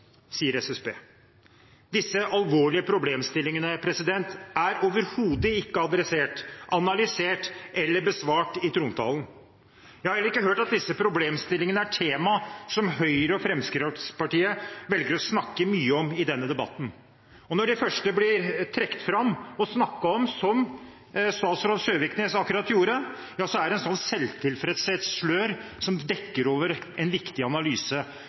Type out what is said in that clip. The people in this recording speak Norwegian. sier SSB. Disse alvorlige problemstillingene er overhodet ikke adressert, analysert eller besvart i trontalen. Jeg har heller ikke hørt at disse problemstillingene er temaer som Høyre og Fremskrittspartiet velger å snakke mye om i denne debatten. Og når det først blir trukket fram og snakket om, som statsråd Søviknes akkurat gjorde, er det et selvtilfredshetens slør som dekker over en viktig analyse,